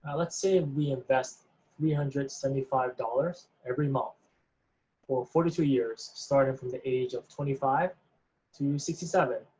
let's say we invest three hundred seventy five dollars every month for forty two years, starting from the age of twenty five to sixty seven.